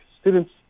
students